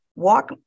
walk